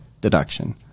deduction